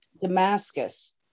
Damascus